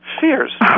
Fears